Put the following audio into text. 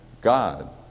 God